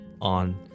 on